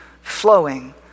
flowing